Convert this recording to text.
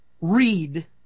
read